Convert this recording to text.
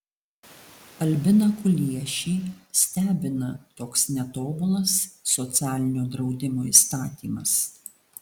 albiną kuliešį stebina toks netobulas socialinio draudimo įstatymas